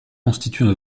constituent